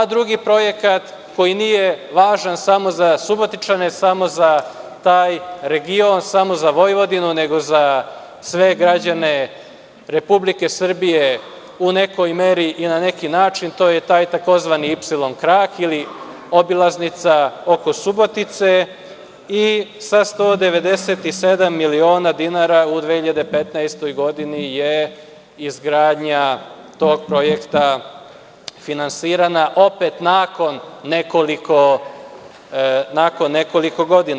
Drugi projekat, koji nije važan samo Subotičane, samo za taj region, samo za Vojvodinu, nego za sve građane Republike Srbije, u nekoj meri i na neki način, to je taj tzv. ipsilon krak ili obilaznica oko Subotice i sa 197 miliona dinara u 2015. godini je izgradnja tog projekta finansirana opet nakon nekoliko godina.